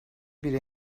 bir